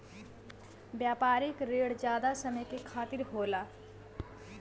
व्यापारिक रिण जादा समय के खातिर होला